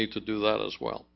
need to do that as well